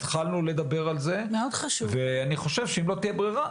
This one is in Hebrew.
התחלנו לדבר על זה ואני חושב שאם לא תהיה ברירה,